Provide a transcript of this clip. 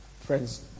friends